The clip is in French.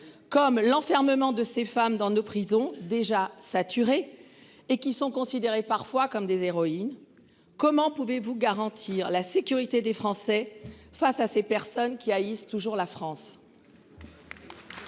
comme l'enfermement de ces femmes dans nos prisons déjà saturé et qui sont considérés parfois comme des héroïnes, comment pouvez-vous garantir la sécurité des Français face à ces personnes qui haïssent toujours la France.